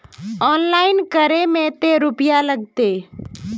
Online करे में ते रुपया लगते?